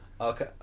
Okay